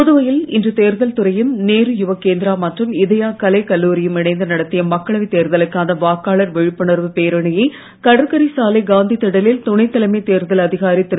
புதுவையில் இன்று தேர்தல் துறையும் நேரு யுவக் கேந்திரா மற்றும் கலைக் கல்லூரியும் இணைந்து நடத்திய மக்களவைத் இதயா தேர்தலுக்கான வாக்காளர் விழிப்புணர்வு பேரணியை கடற்கரை சாலை காந்தி திடலில் துணைத் தலைமைத் தேர்தல் அதிகாரி திரு